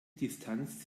distanz